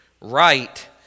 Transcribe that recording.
Right